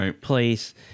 place